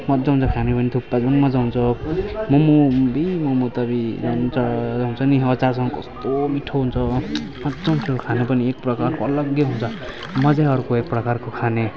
मज्जा आउँछ खानेमा नि थुक्पा झन् मज्जा आउँछ मोमो अब्बुई मोमो त अब्बुई नि अचारसँग कस्तो मिठो हुन्छ मज्जा आउँछ खानु पनि एकप्रकारको अलग्गै हुन्छ मज्जै अर्कै एकप्रकारको खाने